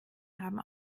haben